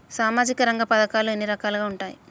సామాజిక రంగ పథకాలు ఎన్ని రకాలుగా ఉంటాయి?